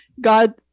God